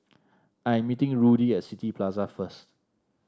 I'm meeting Rudy at City Plaza first